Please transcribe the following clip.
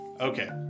okay